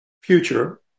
future